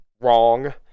Wrong